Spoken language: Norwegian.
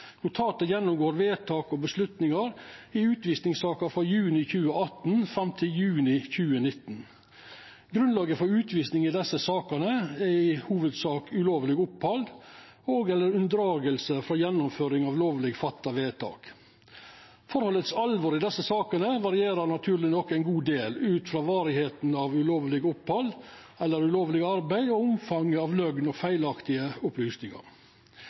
gjennomgår vedtak og avgjerder i utvisingssaker frå juli 2018 fram til juni 2019. Grunnlaget for utvising i desse sakene er i hovudsak ulovleg opphald og/eller unndraging frå gjennomføring av lovleg fatta vedtak. Forholdets alvor i desse sakene varierer naturleg nok ein god del, ut frå varigheita av ulovleg opphald eller ulovleg arbeid og omfanget av løgn og feilaktige opplysningar.